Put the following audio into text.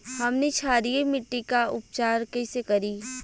हमनी क्षारीय मिट्टी क उपचार कइसे करी?